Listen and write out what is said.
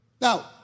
Now